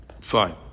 Fine